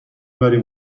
بریم